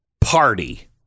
party